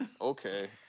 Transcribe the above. Okay